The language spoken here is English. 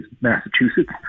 Massachusetts